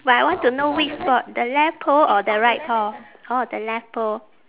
but I want to know which spot the left pole or the right pole orh the left pole